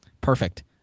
perfect